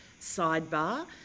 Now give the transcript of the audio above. sidebar